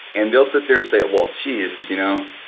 and they'll sit there and say well jeez you know